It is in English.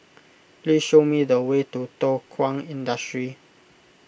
please show me the way to Thow Kwang Industry